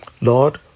Lord